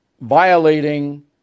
violating